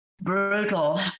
Brutal